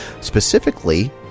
specifically